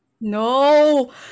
No